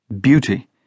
Beauty